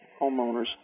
homeowners